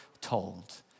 told